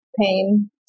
pain